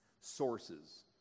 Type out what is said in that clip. sources